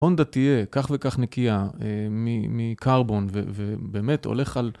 הונדה תהיה כך וכך נקייה מקרבון ובאמת הולך על...